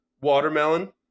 watermelon